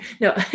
No